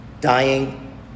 Dying